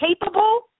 capable